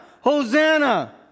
Hosanna